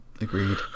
agreed